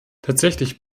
tatsächlich